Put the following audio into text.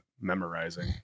memorizing